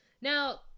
now